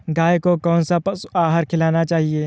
गाय को कौन सा पशु आहार खिलाना चाहिए?